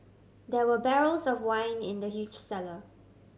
there were barrels of wine in the huge cellar